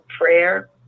Prayer